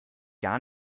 gar